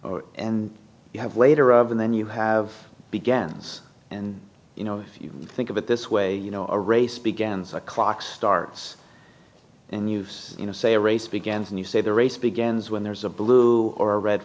one and you have later of and then you have begins and you know if you think of it this way you know a race begins a clock starts in use you know say a race begins and you say the race begins when there's a blue or red